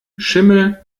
schimmel